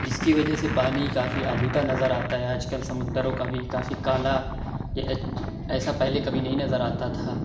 جس کی وجہ سے پانی کافی آلودہ نظر آتا ہے آج کل سمندروں کا بھی کافی کالا ایسا پہلے کبھی نہیں نظر آتا تھا